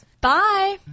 Bye